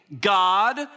God